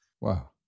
Wow